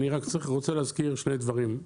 אבל אני רק רוצה להזכיר שני דברים.